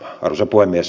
arvoisa puhemies